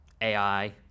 AI